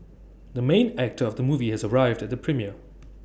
the main actor of the movie has arrived at the premiere